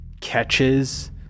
catches